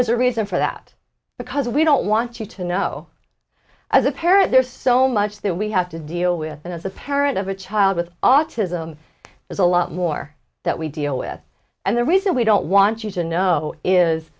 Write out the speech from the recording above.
there's a reason for that because we don't want you to know as a parent there's so much that we have to deal with and as a parent of a child with autism is a lot more that we deal with and the reason we don't want you to know is